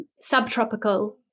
subtropical